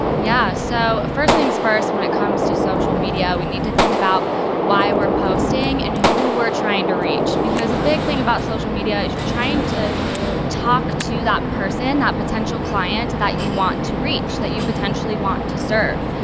yeah. so first things first, when it comes to social media, we need to think about why we're posting and who we're trying to reach. because a big thing about social media is you're trying to talk to that person, that potential client that you want to reach, that you potentially want to serve.